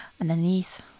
underneath